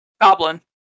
goblin